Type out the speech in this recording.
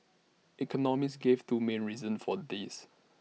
economists gave two main reasons for this